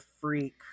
freak